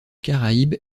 caraïbes